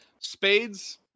Spades